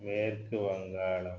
மேற்குவங்காளம்